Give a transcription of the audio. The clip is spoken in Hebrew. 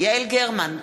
יעל גרמן,